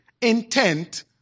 intent